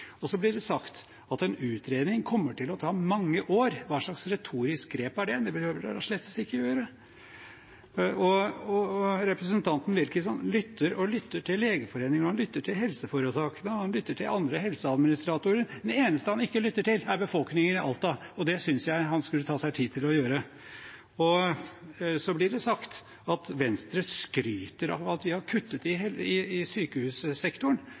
tidspunkt. Så blir det sagt at en utredning kommer til å ta mange år. Hva slags retorisk grep er det? Det behøver det da slettes ikke gjøre. Representanten Wilkinson lytter og lytter til Legeforeningen, han lytter til helseforetakene, og han lytter til andre helseadministratorer, mens de eneste han ikke lytter til, er befolkningen i Alta, og det synes jeg at han skulle ta seg tid til å gjøre. Så blir det sagt at Venstre skryter av at de har kuttet i sykehussektoren.